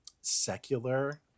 secular